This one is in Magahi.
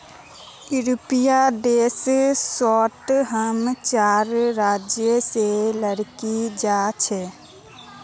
यूरोपियन देश सोत हम चार राज्य से लकड़ी जा छे